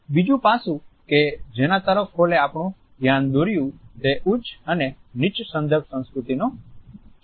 બીજું પાસું કે જેના તરફ હોલે આપણું ધ્યાન દોર્યું તે ઉચ્ચ અને નીચા સંદર્ભ સંસ્કૃતિનો છે